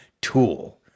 tool